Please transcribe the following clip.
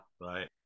Right